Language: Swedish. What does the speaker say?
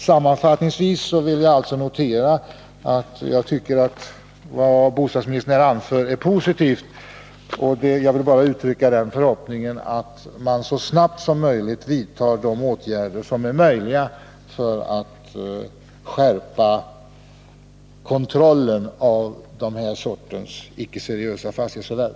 Sammanfattningsvis vill jag notera att vad bostadsministern här anför är positivt. Jag vill bara uttrycka den förhoppningen att man så snart som möjligt vidtar åtgärder för att skärpa kontrollen vid försök till den här sortens icke-seriösa fastighetsförvärv.